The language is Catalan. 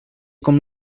com